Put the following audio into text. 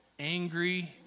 angry